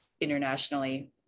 internationally